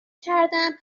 کردم